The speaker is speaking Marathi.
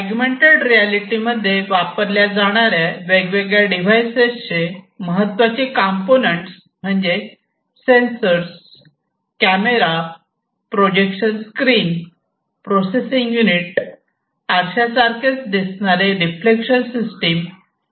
अगुमेन्टेड रियालिटी मध्ये वापरल्या जाणाऱ्या वेगवेगळ्या डिव्हाइसेसचे महत्वाचे कंपोनेंट म्हणजेच sensors camera projection screen processing unit आरशासारखेच दिसणारे रिफ्लेक्शन सिस्टम इत्यादी प्रकारचे असतात